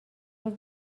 روز